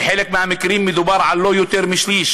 בחלק מהמקרים מדובר בלא יותר משליש